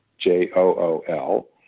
J-O-O-L